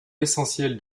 l’essentiel